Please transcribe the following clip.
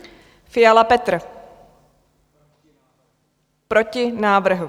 Fiala Petr: Proti návrhu.